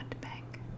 bank